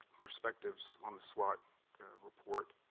perspectives on the swot report,